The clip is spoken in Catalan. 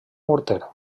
morter